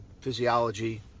physiology